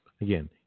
Again